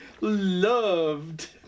loved